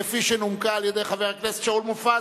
כפי שנומקה על-ידי חבר הכנסת שאול מופז,